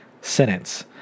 sentence